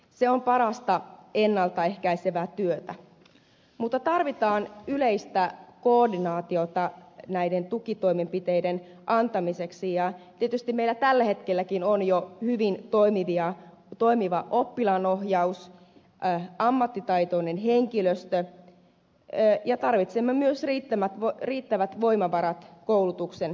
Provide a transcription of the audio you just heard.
se on parasta ennalta ehkäisevää työtä mutta tarvitaan yleistä koordinaatiota näiden tukitoimenpiteiden antamiseksi ja tietysti meillä tällä hetkelläkin on jo hyvin toimiva oppilaanohjaus ammattitaitoinen henkilöstö ja tarvitsemme myös riittävät voimavarat koulutuksen käyttöön